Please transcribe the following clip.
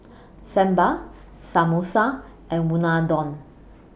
Sambar Samosa and Unadon